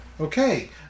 Okay